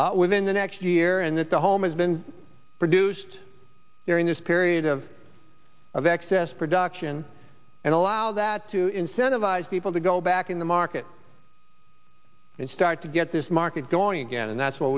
y within the next year and that the home has been produced during this period of of excess production and allow that to incentivize people to go back in the market and start to get this market going again and that's wh